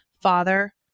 Father